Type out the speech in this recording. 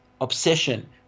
obsession